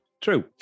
True